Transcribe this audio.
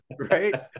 Right